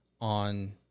on